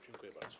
Dziękuję bardzo.